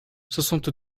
soixante